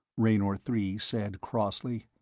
raynor three said crossly.